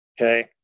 Okay